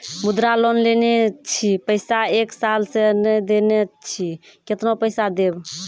मुद्रा लोन लेने छी पैसा एक साल से ने देने छी केतना पैसा देब?